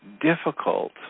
difficult